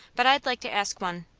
but i'd like to ask one.